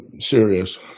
serious